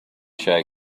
show